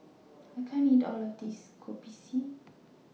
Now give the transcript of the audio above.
I can't eat All of This Kopi C